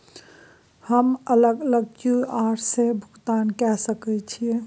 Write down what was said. हम अलग अलग क्यू.आर से भुगतान कय सके छि?